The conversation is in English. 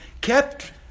Kept